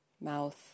Mouth